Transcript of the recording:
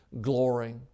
glory